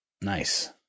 nice